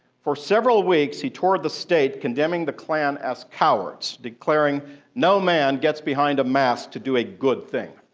for several weeks, he toured the state, condemning the klan as cowards, declaring no man gets behind a mask to do a good thing.